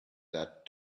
that